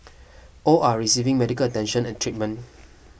all are receiving medical attention and treatment